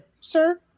sir